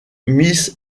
miss